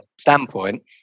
standpoint